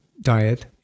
diet